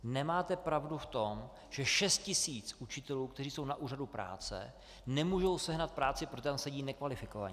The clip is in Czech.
Nemáte pravdu v tom, že 6 tisíc učitelů, kteří jsou na úřadu práce, nemůžou sehnat práci, protože tam sedí nekvalifikovaní.